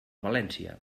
valència